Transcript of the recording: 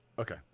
Okay